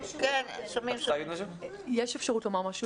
יש אפשרות לומר משהו?